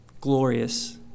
Glorious